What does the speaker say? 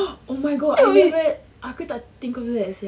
oh my god I remember aku tak think of that sia